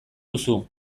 duzu